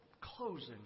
closing